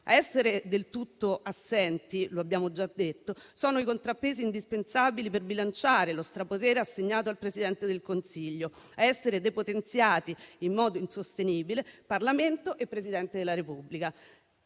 Ad essere del tutto assenti - lo abbiamo già detto - sono i contrappesi indispensabili per bilanciare lo strapotere assegnato al Presidente del Consiglio e ad essere depotenziati in modo insostenibile Parlamento e Presidente della Repubblica.